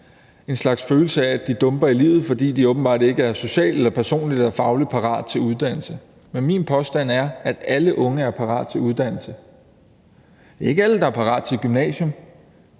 en slags følelse af, at de dumper i livet, fordi de åbenbart ikke er socialt, personligt eller fagligt parate til uddannelse. Men min påstand er, at alle unge er parate til uddannelse. Det er ikke alle, der er parate til gymnasium;